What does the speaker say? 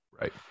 right